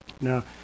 Now